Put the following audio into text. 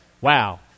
Wow